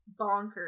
bonkers